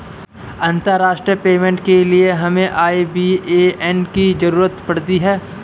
अंतर्राष्ट्रीय पेमेंट के लिए हमें आई.बी.ए.एन की ज़रूरत पड़ती है